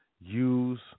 use